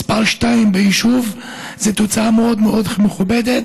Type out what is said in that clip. מספר שתיים ביישוב, זו תוצאה מאוד מאוד מכובדת,